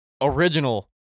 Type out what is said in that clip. original